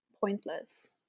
pointless